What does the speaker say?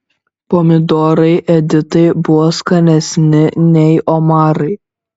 pomidorai editai buvo skanesni nei omarai